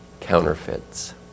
counterfeits